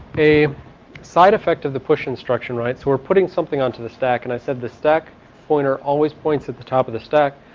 a side-effect of the push instruction writes we're putting something onto the stack and i said the stack pointer always points at the top of the stack.